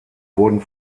wurden